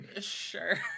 Sure